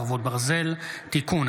חרבות ברזל) (תיקון),